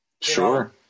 Sure